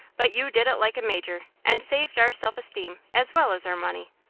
but you did it like a major, and saved our self-esteem as well as our money.